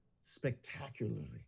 spectacularly